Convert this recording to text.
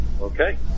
Okay